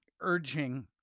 urging